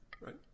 right